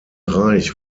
reich